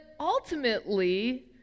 ultimately